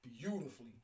beautifully